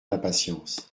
impatience